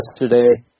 yesterday